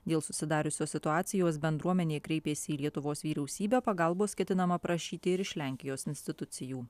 dėl susidariusios situacijos bendruomenė kreipėsi į lietuvos vyriausybę pagalbos ketinama prašyti ir iš lenkijos institucijų